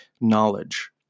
knowledge